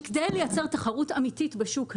לייצר תחרות אמיתית בשוק הזה,